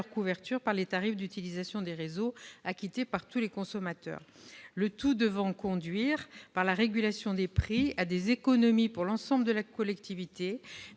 couverture par les tarifs d'utilisation des réseaux acquittés par tous les consommateurs. Le tout doit conduire, par la régulation des prix, à des économies, pour l'ensemble de la collectivité,